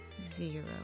zero